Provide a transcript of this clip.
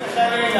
חס וחלילה.